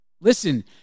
Listen